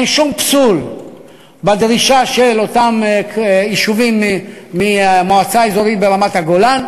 אין שום פסול בדרישה של אותם יישובים מהמועצה האזורית ברמת-הגולן,